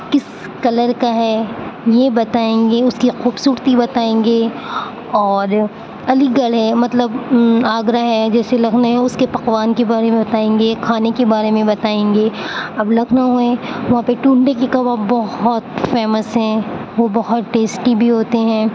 کس کلر کا ہے یہ بتائیں گے اس کی خوبصورتی بتائیں گے اور علی گڑھ ہے مطلب آگرہ ہے جیسے لکھنؤ ہے اس کے پکوان کے بارے میں بتائیں گے کھانے کے بارے میں بتائیں گے اب لکھنؤ ہے وہاں پہ ٹنڈے کے کباب بہت فیمس ہیں وہ بہت ٹیسٹی بھی ہوتے ہیں